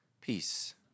peace